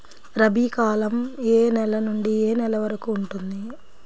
రబీ కాలం ఏ నెల నుండి ఏ నెల వరకు ఉంటుంది?